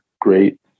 great